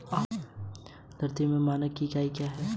UPI सेवा कब शुरू की गई थी?